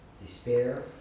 despair